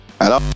hello